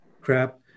crap